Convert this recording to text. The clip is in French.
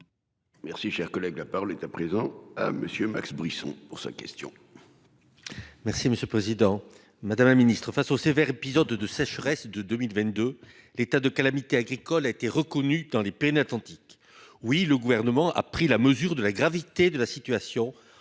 Merci, cher collègue, la parole est à présent hein monsieur Max Brisson pour sa question. Merci Monsieur président Madame la Ministre face aux sévères épisodes de sécheresse de 2022. L'état de calamité agricole a été reconnu dans les plaines Atlantique. Oui, le gouvernement a pris la mesure de la gravité de la situation